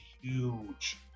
huge